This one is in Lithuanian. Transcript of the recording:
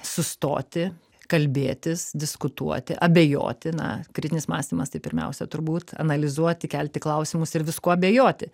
sustoti kalbėtis diskutuoti abejoti na kritinis mąstymas tai pirmiausia turbūt analizuoti kelti klausimus ir viskuo abejoti